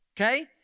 okay